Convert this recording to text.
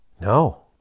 No